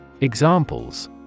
Examples